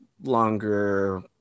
longer